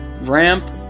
ramp